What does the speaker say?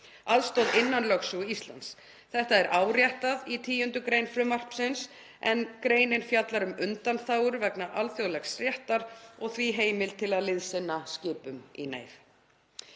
aðstoð innan lögsögu Íslands. Þetta er áréttað í 10. gr. frumvarpsins en greinin fjallar um undanþágur vegna alþjóðlegs réttar og því heimild til að liðsinna skipum í neyð.